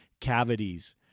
cavities